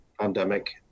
pandemic